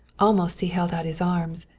almost he held out his arms.